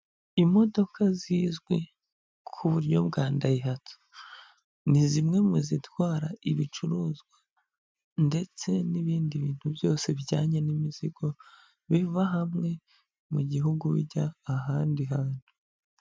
Imodoka zizwi ku buryo bwa dayihatsu, ni zimwe mu zitwara ibicuruzwa ndetse n'ibindi bintu byose bijyanye n'imizigo, biva hamwe mu gihugu bijya ahandi hantu.